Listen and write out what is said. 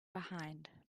behind